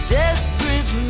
desperate